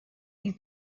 you